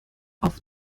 auf